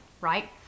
right